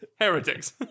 Heretics